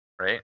Right